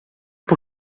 que